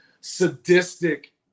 sadistic